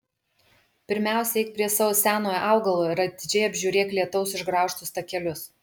pirmiausia eik prie savo senojo augalo ir atidžiai apžiūrėk lietaus išgraužtus takelius